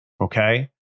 Okay